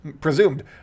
presumed